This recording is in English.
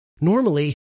Normally